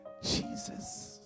Jesus